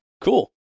Cool